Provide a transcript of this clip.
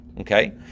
okay